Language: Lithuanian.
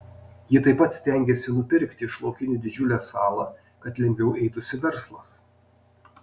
ji taip pat stengiasi nupirkti iš laukinių didžiulę salą kad lengviau eitųsi verslas